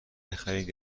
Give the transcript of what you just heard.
بخرید